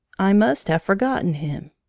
i must have forgotten him.